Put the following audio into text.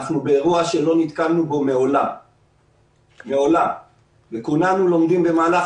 אנחנו באירוע שלא נתקלנו בו מעולם וכולנו לומדים במהלך